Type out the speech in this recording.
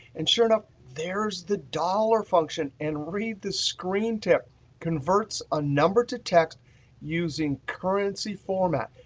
and, sure enough, there's the dollar function. and read the screen tip converts a number to text using currency format.